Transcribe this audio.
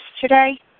today